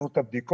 שלום לכולם.